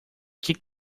kick